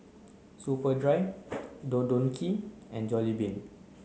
Superdry Don Donki and Jollibean